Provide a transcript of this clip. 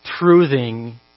truthing